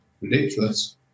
Ridiculous